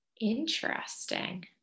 Interesting